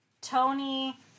Tony